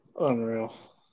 Unreal